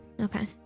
Okay